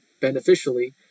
beneficially